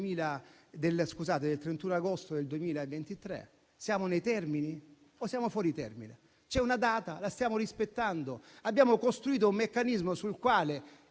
del 31 agosto 2023. Siamo nei termini o siamo fuori termine? C'è una data e la stiamo rispettando. Abbiamo costruito un meccanismo di cui